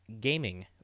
Gaming